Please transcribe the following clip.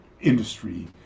industry